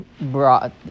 brought